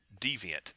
deviant